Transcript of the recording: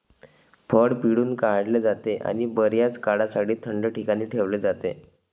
फळ पिळून काढले जाते आणि बर्याच काळासाठी थंड ठिकाणी ठेवले जाते